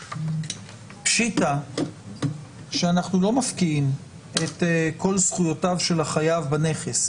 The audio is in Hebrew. פשיטה שאנחנו לא מפקיעים את כל זכויותיו של החייב בנכס.